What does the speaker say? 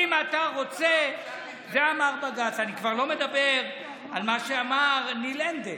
הוא לא אמר, זה משהו אחר לגמרי.